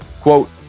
quote